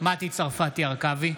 מטי צרפתי הרכבי,